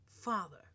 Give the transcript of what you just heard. Father